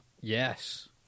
Yes